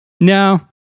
no